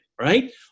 right